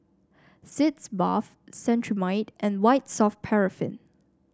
Sitz Bath Cetrimide and White Soft Paraffin